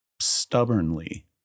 stubbornly